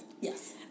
Yes